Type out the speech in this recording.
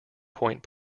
pointe